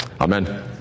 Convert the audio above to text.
amen